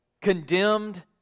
condemned